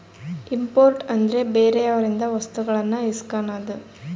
import ಅಂದ್ರೆ ಬೇರೆಯವರಿಂದ ವಸ್ತುಗಳನ್ನು ಇಸ್ಕನದು